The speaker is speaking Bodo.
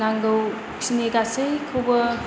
नांगौखिनि गासैखौबो